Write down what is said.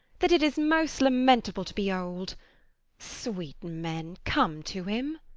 that it is most lamentable to behold. sweet men, come to him